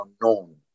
unknown